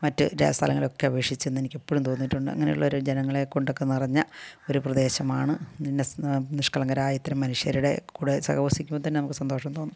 മറ്റ് രാ സ്ഥലങ്ങളൊക്കെ അപേക്ഷിച്ചെന്ന് എനിക്ക് എപ്പോഴും തോന്നിയിട്ടുണ്ട് അങ്ങനെയുള്ളൊരു ജനങ്ങളൊക്കെ കൊണ്ടൊക്കെ നിറഞ്ഞ ഒരു പ്രദേശമാണ് നിന്നസ് നിഷ്കളങ്കരായ ഇത്ര മനുഷ്യരുടെ കൂടെ സഹവസിക്കുമ്പോൾ തന്നെ നമുക്ക് സന്തോഷം തോന്നും